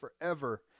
forever